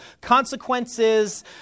consequences